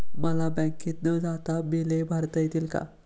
मला बँकेत न जाता बिले भरता येतील का?